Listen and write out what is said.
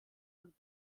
und